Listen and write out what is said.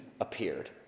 appeared